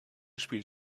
spielt